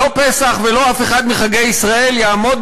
לא פסח ולא אף אחד מחגי ישראל יעמדו